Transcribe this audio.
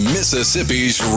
Mississippi's